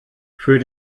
für